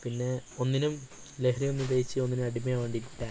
പിന്നെ ഒന്നിനും ലഹരിയൊന്നും ഉപയോഗിച്ച് ഒന്നിനും അടിമയാവാണ്ടിരിക്കുക